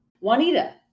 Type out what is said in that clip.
Juanita